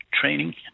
Training